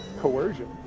coercion